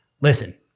listen